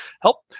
Help